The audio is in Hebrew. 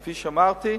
כפי שאמרתי,